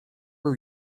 był